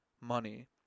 money